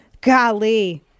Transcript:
golly